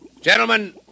Gentlemen